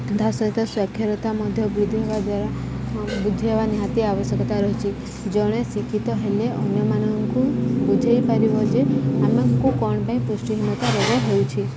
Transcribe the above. ତା' ସହିତ ସ୍ଵାକ୍ଷରତା ମଧ୍ୟ ବୃଦ୍ଧି ହେବା ଦ୍ୱାରା ବୃଦ୍ଧି ହେବା ନିହାତି ଆବଶ୍ୟକତା ରହିଚ ଜଣେ ଶିକ୍ଷିତ ହେଲେ ଅନ୍ୟମାନଙ୍କୁ ବୁଝାଇ ପାରିବ ଯେ ଆମକୁ କ'ଣ ପାଇଁ ପୃଷ୍ଟିହୀନତା ରୋଗ ହେଉଛି